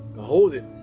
hold it.